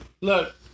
look